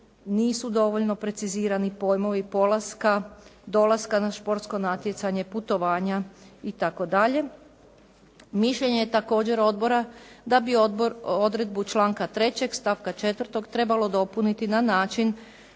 nisu dovoljne precizirani pojmovi polaska, dolaska na športski natjecanje, putovanja itd. Mišljenje je također odbora da bi odbor odredbu članka 3. stavka 4. trebalo dopuniti na način